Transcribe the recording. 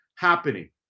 Happening